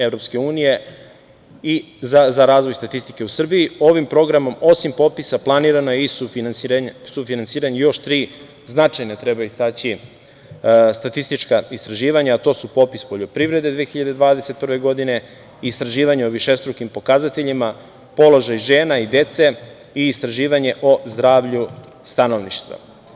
Evropske Unije, i za razvoj statistike u Srbiji, ovim programom, planirano je sufinansiranje još tri, treba istaći, značajna statistička istraživanja, a to je popis poljoprivrede 2021. godine, istraživanje o višestrukim pokazateljima, položaj žena i dece i istraživanje o zdravlju stanovništva.